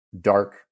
dark